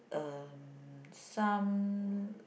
um some